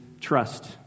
trust